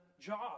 job